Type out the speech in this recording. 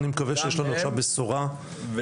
ואני מקווה שיש לנו עכשיו בשורה רוחבית.